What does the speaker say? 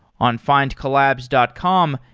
on findcollabs dot com,